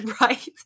right